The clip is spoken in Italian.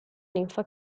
ninfa